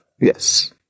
Yes